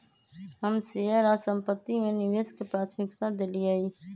हम शेयर आऽ संपत्ति में निवेश के प्राथमिकता देलीयए